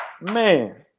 man